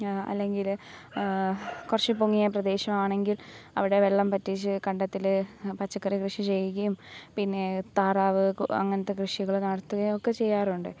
അല്ലെങ്കിൽ കുറച്ചു പൊങ്ങിയ പ്രദേശമാണെങ്കിൽ അവിടെ വെള്ളം വറ്റിച്ച് കണ്ടത്തിൽ പച്ചക്കറി കൃഷി ചെയ്യുകയും പിന്നേ താറാവ് അങ്ങനത്തെ കൃഷികൾ നടത്തുകയൊക്കെ ചെയ്യാറുണ്ട്